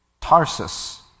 Tarsus